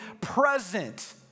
present